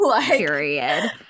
Period